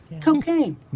Cocaine